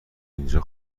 اینجا